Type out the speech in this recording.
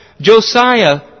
Josiah